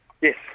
Yes